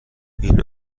این